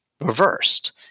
Reversed